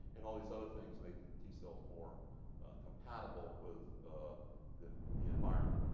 and all these other things make the t-cells more compatible with ah the the environment.